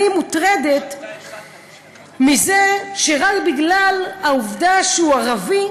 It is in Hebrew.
אני מוטרדת מזה שרק בגלל העובדה שהוא ערבי,